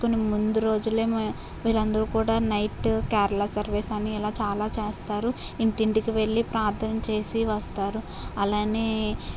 ముందు రోజులే వీరందరూ కూడా నైటు కేరళ సర్వీస్ అని ఇలా చాలా చేస్తారు ఇంటింటికి వెళ్ళి ప్రార్థన చేసి వస్తారు అలానే